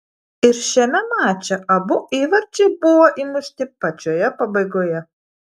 ir šiame mače abu įvarčiai buvo įmušti pačioje pabaigoje